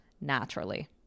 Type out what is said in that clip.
naturally